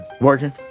Working